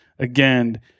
Again